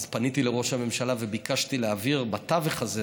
אז פניתי לראש הממשלה וביקשתי להעביר בתווך הזה,